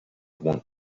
want